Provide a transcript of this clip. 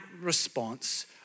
response